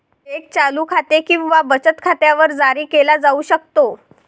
check चालू खाते किंवा बचत खात्यावर जारी केला जाऊ शकतो